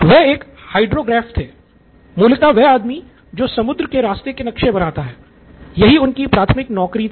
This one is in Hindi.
वह एक हाइड्रोग्रेफ़ थे मूलतः वह आदमी जो समुद्र के रास्ते के नक्शे बनाता है यही उनकी प्राथमिक नौकरी थी